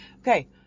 Okay